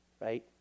right